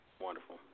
Wonderful